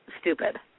stupid